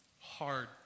hard